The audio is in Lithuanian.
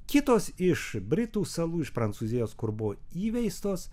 kitos iš britų salų iš prancūzijos kur buvo įveistos